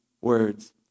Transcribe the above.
words